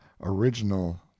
original